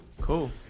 Cool